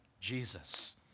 Jesus